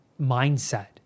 mindset